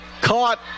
Caught